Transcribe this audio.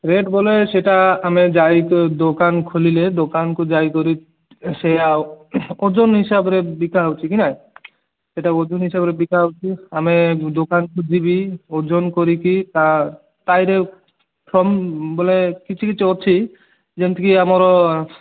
rate ବୋଲେ ସେଟା ଆମେ ଯାଇ ଦୋକାନ ଖୋଲିଲେ ଦୋକାନକୁ ଯାଇକିରି ସେ ଆଉ ଓଜନ ହିସାବରେ ବିକା ହଉଛି କି ନା ସେଇଟା ଓଜନ ହିସାବରେ ବିକା ହେଉଛି ଆମେ ଦୋକାନକୁ ଯିବି ଓଜନ କରିକି ତା ତାହିଁରେ ବୋଲେ କିଛି କିଛି ଅଛି ଯେମିତିକି ଆମର